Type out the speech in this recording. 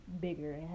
bigger